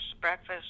breakfast